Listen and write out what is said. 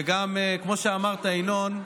וכמו שאמרת, ינון,